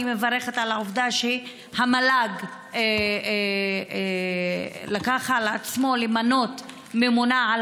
אני מברכת על העובדה שהמל"ג לקח על עצמו למנות ממונה על